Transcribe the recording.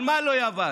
על מה לא יבש?